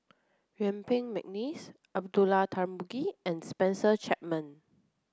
Yuen Peng McNeice Abdullah Tarmugi and Spencer Chapman